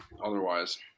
otherwise